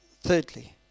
thirdly